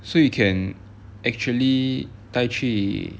so you can actually 带去